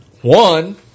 One